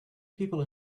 people